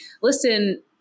listen